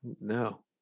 No